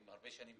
הם הרבה שנים כאן.